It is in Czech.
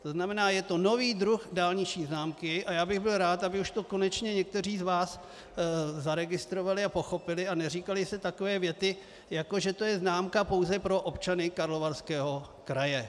To znamená, je to nový druh dálniční známky a já bych byl rád, aby už to konečně někteří z vás zaregistrovali a pochopili a neříkaly se takové věty, jako že to je známka pouze pro občany Karlovarského kraje.